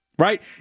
Right